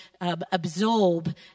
absorb